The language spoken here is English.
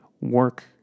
work